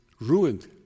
ruined